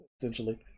essentially